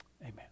Amen